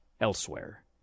elsewhere